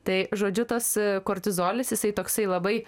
tai žodžiu tas kortizolis jisai toksai labai